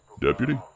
Deputy